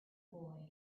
boy